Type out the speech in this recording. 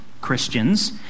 Christians